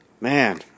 Man